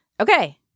Okay